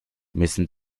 müssen